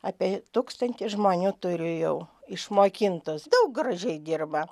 apie tūkstantį žmonių turiu jau išmokintus daug gražiai dirba